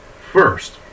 first